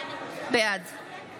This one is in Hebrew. בעד